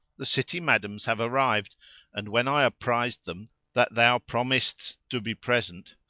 the city madams have arrived and when i apprized them that thou promisedst to be present,